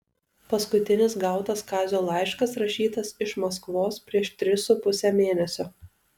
paskutinis gautas kazio laiškas rašytas iš maskvos prieš tris su puse mėnesio